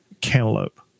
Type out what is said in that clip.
cantaloupe